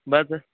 बस